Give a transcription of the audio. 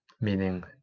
Meaning